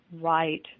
right